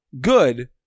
good